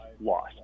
lost